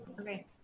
Okay